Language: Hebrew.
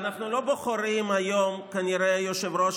אנחנו כנראה לא בוחרים היום יושב-ראש